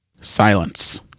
Silence